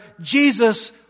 Jesus